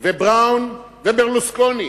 ובראון וברלוסקוני,